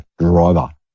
driver